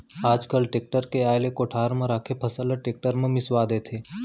आज काल टेक्टर के आए ले कोठार म राखे फसल ल टेक्टर म मिंसवा देथे